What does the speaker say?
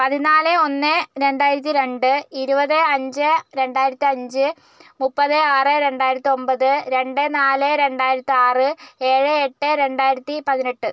പതിനാല് ഒന്ന് രണ്ടായിരത്തി രണ്ട് ഇരുപത് അഞ്ച് രണ്ടായിരത്തി അഞ്ച് മുപ്പത് ആറ് രണ്ടായിരത്തി ഒൻപത് രണ്ട് നാല് രണ്ടായിരത്തി ആറ് ഏഴ് എട്ട് രണ്ടായിരത്തി പതിനെട്ട്